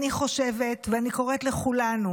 אני חושבת ואני קוראת לכולנו,